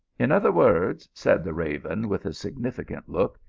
in other words, said the raven with a signifi cant look,